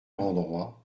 endroit